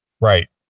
right